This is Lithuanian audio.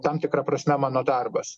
tam tikra prasme mano darbas